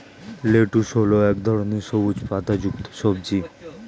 lettuce হল এক ধরনের সবুজ পাতাযুক্ত সবজি